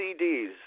CDs